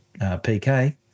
PK